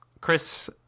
Chris